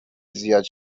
زیاد